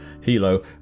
helo